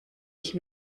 ich